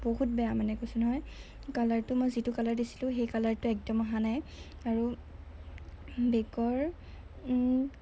বহুত বেয়া মানে কৈছোঁ নহয় কালাৰটো মই যিটো কালাৰ দিছিলোঁ সেই কালাৰটো একদম অহা নাই আৰু বেগৰ